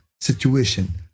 situation